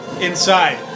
inside